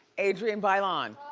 adrienne bailon.